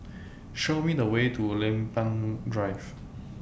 Show Me The Way to Lempeng Drive